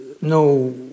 no